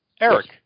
Eric